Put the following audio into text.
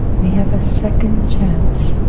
we have a second chance,